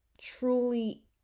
truly